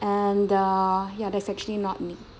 and uh ya that's actually not me